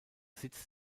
sitz